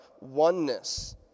oneness